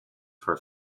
for